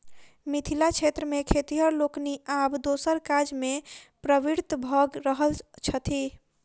मिथिला क्षेत्र मे खेतिहर लोकनि आब दोसर काजमे प्रवृत्त भ रहल छथि